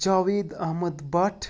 Javed Ahmad بَٹ